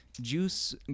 Juice